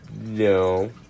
No